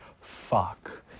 fuck